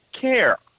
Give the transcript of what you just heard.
care